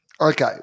Okay